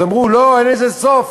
אז אמרו: לא, אין לזה סוף.